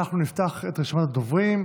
אנחנו נפתח את רשימת הדוברים,